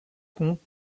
contre